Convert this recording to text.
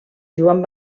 joan